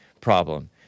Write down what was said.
problem